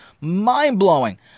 mind-blowing